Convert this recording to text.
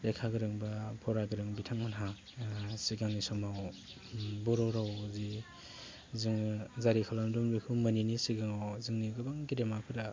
लेखा गोरों बा फरा गोरों बिथांमोनहा सिगांनि समाव बर' रावआव जि जोङो जारि खालामदोंमोन बेखौ मोनैनि सिगाङाव जोङो गोबां गेदेमाफोरा